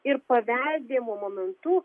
ir paveldėjimo momentu